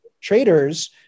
traders